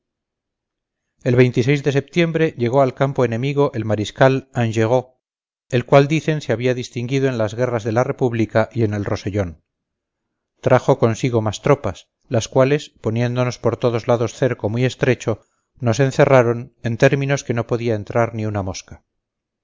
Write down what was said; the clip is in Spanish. el de setiembre llegó al campo enemigo el mariscal augereau el cual dicen se había distinguido en las guerras de la república y en el rosellón trajo consigo más tropas las cuales poniéndonos por todos lados cerco muy estrecho nos encerraron en términos que no podía entrar ni una mosca